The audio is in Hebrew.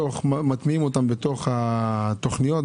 מטמיעים בתכניות,